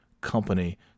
company